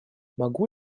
могу